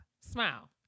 Smile